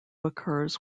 occurs